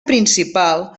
principal